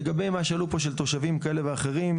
לגבי מה שהעלו פה של תושבים כאלה ואחרים,